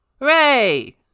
Hooray